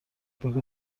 بگو